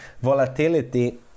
volatility